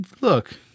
look